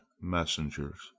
messengers